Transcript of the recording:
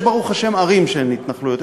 יש ברוך השם ערים שהן התנחלויות.